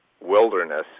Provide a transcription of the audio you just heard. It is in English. wilderness